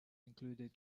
included